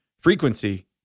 frequency